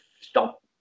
stop